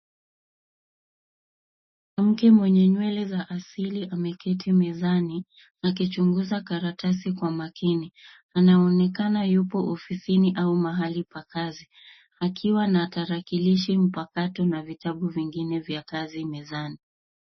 Angi mwenye nywele za asili ameketi mezani, akichunguza karatasi kwa makini. Anaonekana yupo ofisini au mahali pa kazi, akiwa na tarakilishi mpakato na vitabu vingine vya kazi mezani.